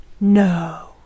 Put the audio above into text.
No